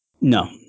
No